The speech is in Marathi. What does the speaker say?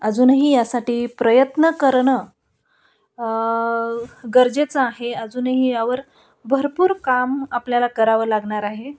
अजूनही यासाठी प्रयत्न करणं गरजेचं आहे अजूनही यावर भरपूर काम आपल्याला करावं लागणार आहे